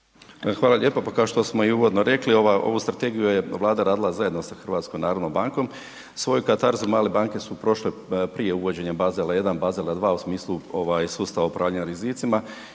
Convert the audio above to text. Hvala lijepa. Pa kao što smo i uvodno rekli ovu strategiju je Vlada radila zajedno sa HNB-om. Svoju katarzu male banke su prošle prije uvođenja Basel 1, Basela 2 u smislu sustava upravljanja rizicima.